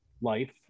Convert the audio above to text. life